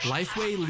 LifeWay